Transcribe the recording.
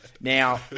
Now